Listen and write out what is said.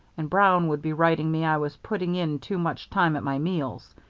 and brown would be writing me i was putting in too much time at my meals.